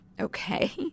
Okay